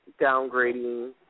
downgrading